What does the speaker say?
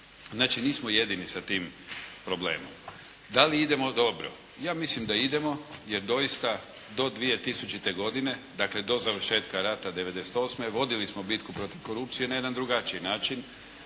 Znači nismo jedini sa tim problemom. Da li idemo dobro? Ja mislim da idemo jer doista do 2000. godine dakle do završetka rata 1998. vodili smo bitku protiv korupcije na jedan drugačiji način.